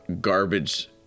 garbage